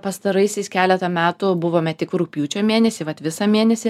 pastaraisiais keletą metų buvome tik rugpjūčio mėnesį vat visą mėnesį